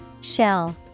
Shell